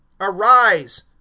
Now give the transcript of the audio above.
Arise